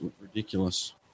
ridiculous